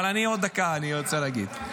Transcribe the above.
אבל אני עוד דקה, אני רוצה להגיד.